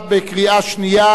התשע"ב 2012,